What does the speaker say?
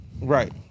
Right